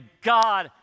God